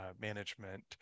management